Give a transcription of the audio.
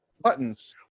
buttons